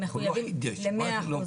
הם מחויבים ל-100%